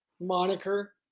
moniker